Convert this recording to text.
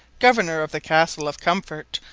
governour of the castle of comfort,